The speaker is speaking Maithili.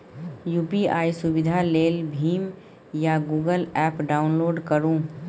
यु.पी.आइ सुविधा लेल भीम या गुगल एप्प डाउनलोड करु